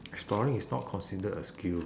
exploring is not considered a skill